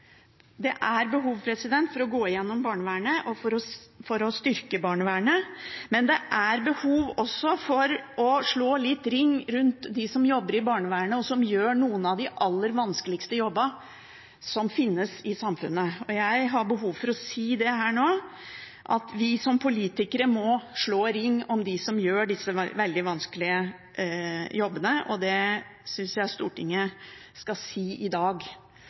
Det er behov for å gå igjennom og styrke barnevernet, men det er også behov for å slå litt ring rundt dem som jobber i barnevernet, og som gjør noen av de aller vanskeligste jobbene som finnes i samfunnet. Og jeg har behov for å si det her nå, at vi som politikere må slå ring om dem som gjør disse veldig vanskelige jobbene. Det synes jeg Stortinget skal si i dag.